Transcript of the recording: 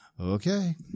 okay